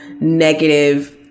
negative